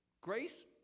grace